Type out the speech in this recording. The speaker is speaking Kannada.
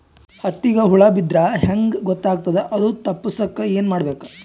ಹತ್ತಿಗ ಹುಳ ಬಿದ್ದ್ರಾ ಹೆಂಗ್ ಗೊತ್ತಾಗ್ತದ ಅದು ತಪ್ಪಸಕ್ಕ್ ಏನ್ ಮಾಡಬೇಕು?